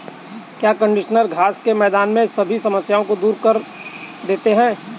क्या कंडीशनर घास के मैदान में सभी समस्याओं को दूर कर देते हैं?